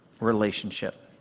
relationship